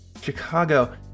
Chicago